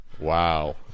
Wow